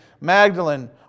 Magdalene